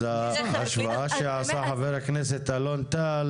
אז ההשוואה שעשה חבר הכנסת אלון טל,